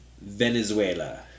Venezuela